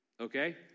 Okay